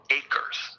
acres